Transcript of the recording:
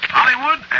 Hollywood